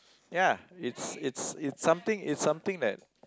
ya it's it's it's something it's something that